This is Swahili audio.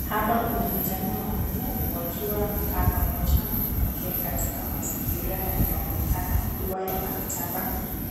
Hapa kuna vijana wanne wakiwa wamekaa pamoja na kuongea katika mazingira yanayoonekana kuwa ya maktaba